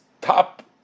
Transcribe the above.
top